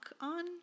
on